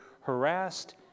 harassed